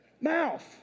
mouth